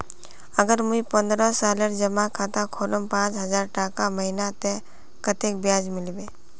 अगर मुई पन्द्रोह सालेर जमा खाता खोलूम पाँच हजारटका महीना ते कतेक ब्याज मिलबे?